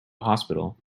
hospital